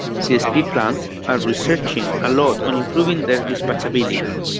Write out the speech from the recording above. csp plants are researching a lot on improving their dispatchability.